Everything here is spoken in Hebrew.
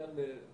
אנא אנו באים?